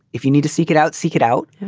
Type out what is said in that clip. if you need to seek it out, seek it out.